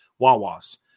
wawas